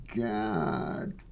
God